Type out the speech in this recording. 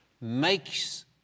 makes